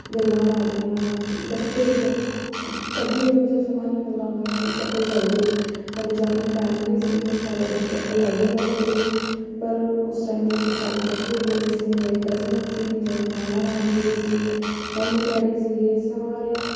ਗੱਲਾਂ ਮਾਰੀਆਂ ਇਕੱਠੇ ਬਹੁਤ ਕਦੀ ਇਹੋ ਜਿਹਾ ਸਮਾਂ ਨਹੀਂ ਮਿਲਦਾ ਹੁੰਦਾ ਕਿ ਇਕੱਠੇ ਜਾਈਏ ਸਾਡੀ ਜੋਇੰਟ ਫੈਮਿਲੀ ਸੀ ਹੁਣ ਸਾਰੇ ਡਿਫਰ ਅਲੱਗ ਅਲੱਗ ਹੋ ਗਏ ਪਰ ਉਸ ਟਾਈਮ ਅਸੀਂ ਸਾਰੇ ਇਕੱਠੇ ਗਏ ਸੀ ਮੇਰੇ ਕਜ਼ਨ ਸੀ ਮੇਰੇ ਮਾਮਾ ਮਾਮੀ ਹੋਰੀ ਸੀ ਮੰਮੀ ਡੈਡੀ ਸੀਗੇ ਸਾਰੇ